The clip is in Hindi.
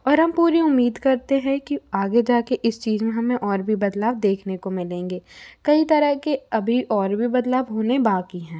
और हम पूरी उम्मीद करते हैं कि आगे जा के इस चीज़ में हमें और भी बदलाव देखने को मिलेंगे कई तरह के अभी और भी बदलाव होने बाक़ी हैं